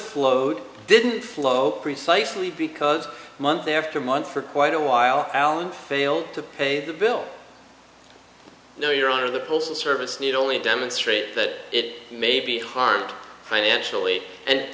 flowed didn't flow precisely because month after month for quite a while allan failed to pay the bill no your honor the postal service need only demonstrate that it may be harmed financially and